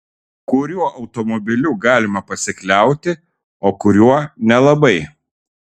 kuriuo automobiliu galima pasikliauti o kuriuo nelabai